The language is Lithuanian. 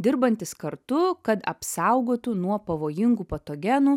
dirbantis kartu kad apsaugotų nuo pavojingų patogenų